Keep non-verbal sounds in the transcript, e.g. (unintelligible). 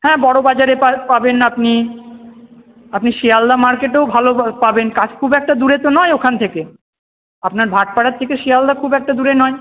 হ্যাঁ বড়বাজারে পাবেন আপনি আপনি শিয়ালদহ মার্কেটেও ভালো (unintelligible) পাবেন কাছ খুব একটা দূরে তো নয় ওখান থেকে আপনার ভাটপাড়ার থেকে শিয়ালদহ খুব একটা দূরে নয়